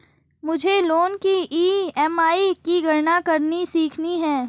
मुझे लोन की ई.एम.आई की गणना करनी सीखनी है